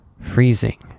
freezing